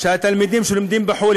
התלמידים שלומדים בחו"ל,